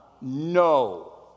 No